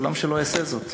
למה שלא אעשה זאת?